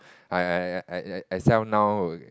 I I I I I sell now would